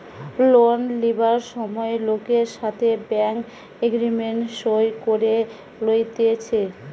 loan লিবার সময় লোকের সাথে ব্যাঙ্ক এগ্রিমেন্ট সই করে লইতেছে